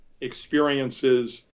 experiences